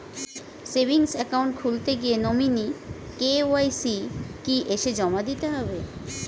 Savings account খুলতে গিয়ে nominee KYC কি এসে জমা দিতে হবে?